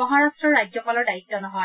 মহাৰাট্টৰ ৰাজ্যপালৰ দায়িত্ নহয়